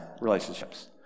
relationships